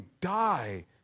die